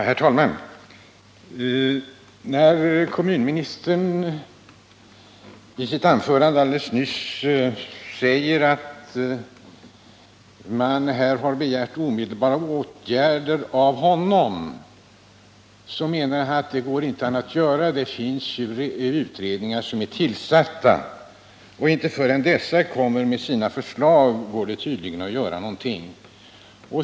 Herr talman! Kommunministern sade i sitt anförande alldeles nyss att man har begärt omedelbara åtgärder av honom men att det inte var möjligt att tillgodose detta krav eftersom utredningar pågår. Inte förrän dessa utredningar kommer med sina förslag går det tydligen att göra någonting.